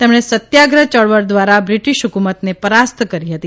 તેમણે સત્યાગ્રહ યળવળ ધ્વારા બ્રીટીશ હુકુમતને રાસ્ત કરી હતી